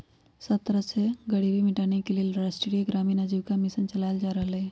सब तरह से गरीबी मिटाबे के लेल राष्ट्रीय ग्रामीण आजीविका मिशन चलाएल जा रहलई ह